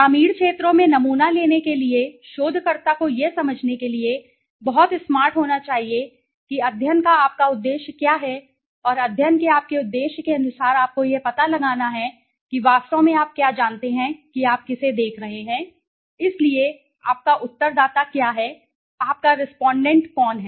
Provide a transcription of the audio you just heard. ग्रामीण क्षेत्रों में नमूना लेने के लिए शोधकर्ता को यह समझने में बहुत स्मार्ट होना चाहिए कि अध्ययन का आपका उद्देश्य क्या है और अध्ययन के आपके उद्देश्य के अनुसार आपको यह पता लगाना है कि वास्तव में आप क्या जानते हैं कि आप किसे देख रहे हैं इसलिए आपका उत्तरदाता क्या है आपका रेस्पोंडेंट कौन है